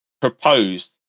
proposed